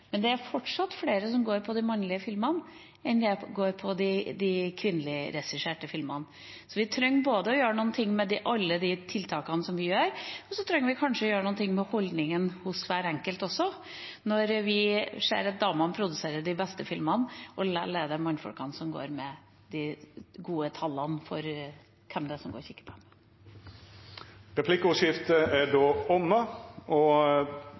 Men det er fortsatt flere som går på de mannlig regisserte filmene, enn som går på de kvinnelig regisserte filmene. Vi trenger å gjøre noe med alle de tiltakene vi har, og så trenger vi kanskje også å gjøre noe med holdningen hos hver enkelt – når vi ser at damene produserer de beste filmene, mens det allikevel er mannfolkene som har de gode tallene for hvem det er som går og ser på. Replikkordskiftet er omme.